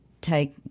take